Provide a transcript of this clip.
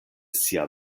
sia